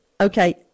Okay